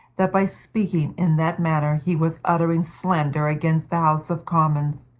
that by speaking in that manner he was uttering slander against the house of commons,